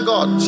God